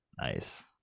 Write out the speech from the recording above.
nice